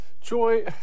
Joy